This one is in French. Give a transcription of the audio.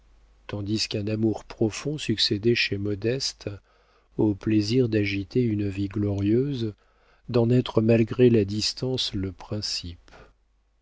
tandis qu'un amour profond succédait chez modeste au plaisir d'agiter une vie glorieuse d'en être malgré la distance le principe